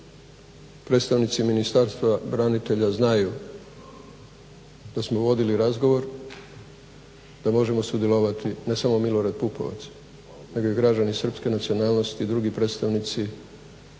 predstavnici Ministarstva branitelja znaju da smo vodili razgovor, da možemo sudjelovati, ne samo Milorad Pupovac nego i građani srpske nacionalnosti i drugi predstavnici